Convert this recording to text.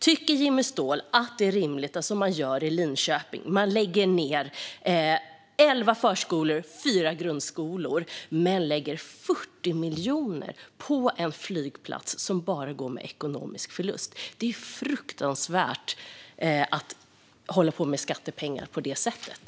Tycker Jimmy Ståhl att det är rimligt att man, som i Linköping, lägger ned elva förskolor och fyra grundskolor men lägger 40 miljoner på en flygplats som bara går med ekonomisk förlust? Det är fruktansvärt att hålla på med skattepengar på det sättet.